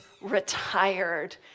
retired